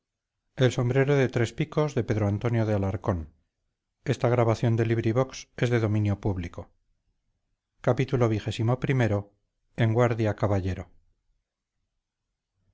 del sombrero de tres picos son